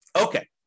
Okay